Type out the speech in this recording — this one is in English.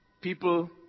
people